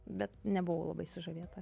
bet nebuvau labai sužavėta